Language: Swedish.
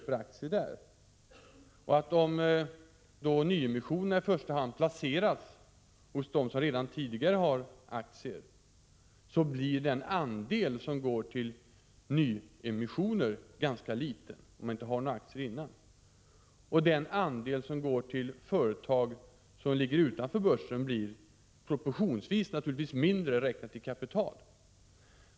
Eftersom nyemissioner i första hand placeras hos dem som redan tidigare har aktier i ett företag, blir den andel nyemissioner som går till övriga aktieägare ganska liten. Också den andel som går till företag utanför börsen blir proportionellt mindre, räknat i kapital.